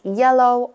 yellow